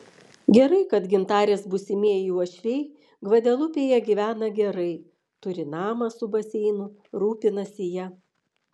gerai kad gintarės būsimieji uošviai gvadelupėje gyvena gerai turi namą su baseinu rūpinasi ja